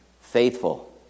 faithful